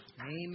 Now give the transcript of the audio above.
Amen